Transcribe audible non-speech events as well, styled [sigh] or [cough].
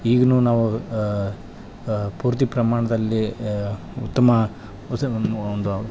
ಈಗ್ನೂ ನಾವು ಪೂರ್ತಿ ಪ್ರಮಾಣದಲ್ಲಿ ಉತ್ತಮ [unintelligible]